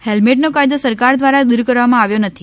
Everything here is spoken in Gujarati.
હેલ્મેટનો કાયદો સરકાર દ્વારા દૂરકરવામાં આવ્યો નથી